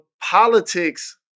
politics